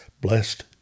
blessed